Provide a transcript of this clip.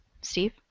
Steve